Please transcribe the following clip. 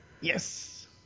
Yes